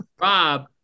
Rob